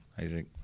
Isaac